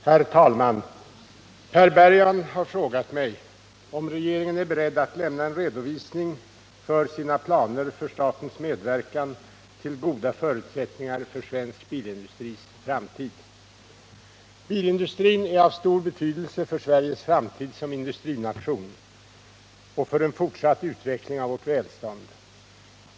Herr talman! Per Bergman har frågat mig om regeringen är beredd att lämna en redovisning av sina planer för statens medverkan till goda förutsättningar för svensk bilindustris framtid. Bilindustrin är av stor betydelse för Sveriges framtid som industrination och för en fortsatt utveckling av vårt välstånd.